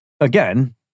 Again